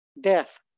death